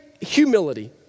humility